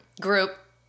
group